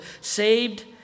saved